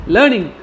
Learning